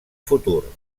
futur